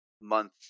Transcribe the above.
month